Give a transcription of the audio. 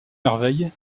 merveille